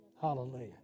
hallelujah